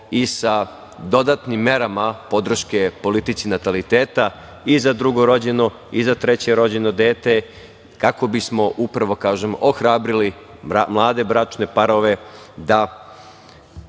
i sa dodatnim merama podrške politici nataliteta i za drugo rođeno i za treće rođeno dete, kako bismo, upravo kažem, ohrabrili mlade bračne parove da